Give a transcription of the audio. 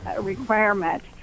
requirement